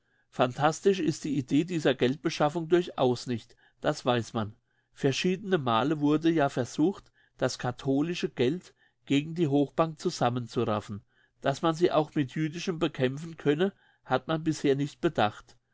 phantastisch ist die idee dieser geldbeschaffung durchaus nicht das weiss man verschiedenemale wurde ja versucht das katholische geld gegen die hochbank zusammenzuraffen dass man sie auch mit jüdischem bekämpfen könne hat man bisher nicht bedacht